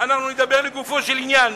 אנחנו נדבר לגופו של עניין.